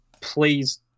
please